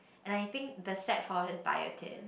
and I think the set four is Biotin